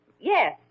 Yes